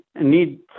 need